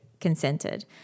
consented